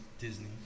Disney